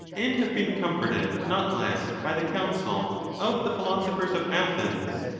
and have been comforted not less by the counsel of the philo sophers of athens,